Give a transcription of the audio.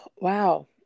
wow